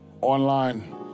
online